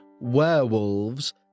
werewolves